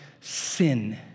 sin